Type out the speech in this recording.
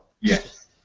Yes